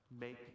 make